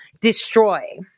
destroy